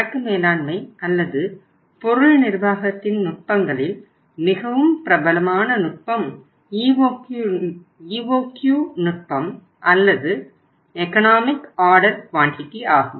சரக்கு மேலாண்மை அல்லது பொருள் நிர்வாகத்தின் நுட்பங்களில் மிகவும் பிரபலமான நுட்பம் EOQ நுட்பம் அல்லது எகனாமிக் ஆர்டர் குவான்டிட்டி ஆகும்